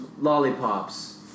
lollipops